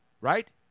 right